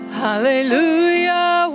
hallelujah